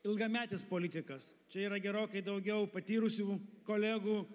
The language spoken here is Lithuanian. ilgametis politikas čia yra gerokai daugiau patyrusių kolegų